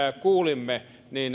kuulimme